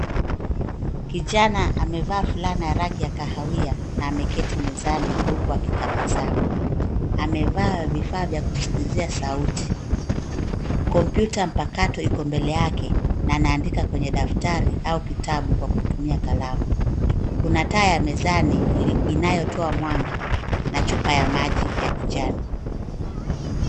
Kijana amevaa fulana ya rangi ya kahawia na ameketi mezani huku akitabasamu. Amevaa vifaa vya kusikizia sauti. Kompyuta ya mpakato iko mbele yake na anaandika kwenye daftari au kitabu Kwa kutumia kalamu. Kuna taa ya mezani inayotoa mwanga na chupa ya maji ya kijani.